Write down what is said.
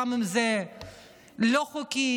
גם אם זה לא חוקי,